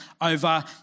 over